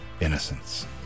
Innocence